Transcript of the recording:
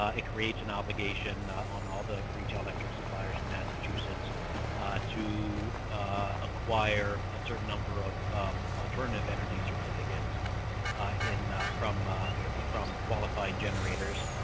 ah it creates an obligation on all the retail electric suppliers in massachusetts to acquire a certain number of alternative energy certificates from ah from qualified generators.